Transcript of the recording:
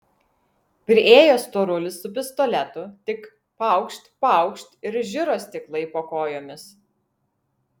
priėjo storulis su pistoletu tik paukšt paukšt ir žiro stiklai po kojomis